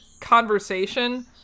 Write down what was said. conversation